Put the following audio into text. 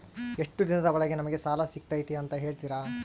ಎಷ್ಟು ದಿನದ ಒಳಗೆ ನಮಗೆ ಸಾಲ ಸಿಗ್ತೈತೆ ಅಂತ ಹೇಳ್ತೇರಾ?